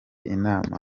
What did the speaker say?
inama